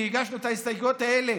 והגשנו את ההסתייגויות האלה,